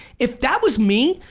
if that was me,